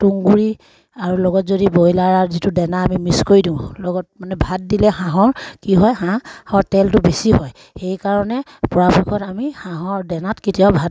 তুঁহ গুৰি আৰু লগত যদি ব্ৰইলাৰ যিটো দানা আমি মিক্স কৰি দিওঁ লগত মানে ভাত দিলে হাঁহৰ কি হয় হাঁহৰ তেলটো বেছি হয় সেইকাৰণে পৰাপক্ষত আমি হাঁহৰ দানাত কেতিয়াও ভাত